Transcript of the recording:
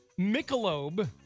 Michelob